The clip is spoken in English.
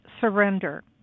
surrender